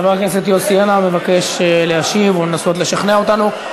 חבר הכנסת יוסי יונה מבקש להשיב או לנסות לשכנע אותנו.